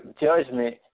judgment